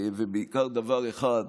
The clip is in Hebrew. ובעיקר דבר אחד